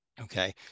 Okay